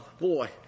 boy